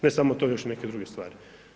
Ne samo to, još i neke druge stvari.